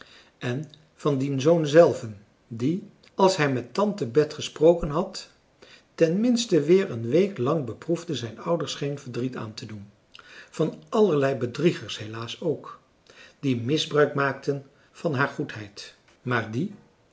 en van dien zoon zelven die als hij met tante bet gesproken had ten minste weer een week lang beproefde zijn ouders geen verdriet aan te doen van allerlei bedriegers helaas ook die misbruik maakten van haar goedheid maar die